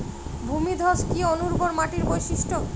ভূমিধস কি অনুর্বর মাটির বৈশিষ্ট্য?